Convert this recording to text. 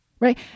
right